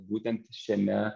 būtent šiame